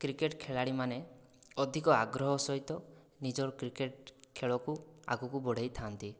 cricket ଖେଳାଳୀ ମାନେ ଅଧିକ ଆଗ୍ରହ ସହିତ ନିଜର କ୍ରିକେଟ ଖେଳକୁ ଆଗକୁ ବଢ଼େଇଥାନ୍ତି